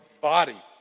body